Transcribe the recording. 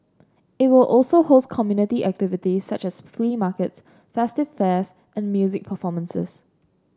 it will also host community activities such as flea markets festive fairs and music performances